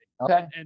Okay